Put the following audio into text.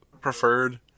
preferred